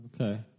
Okay